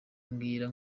mbwira